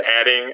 adding